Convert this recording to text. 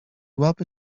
łapy